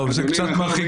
זה קצת מרחיק לכת.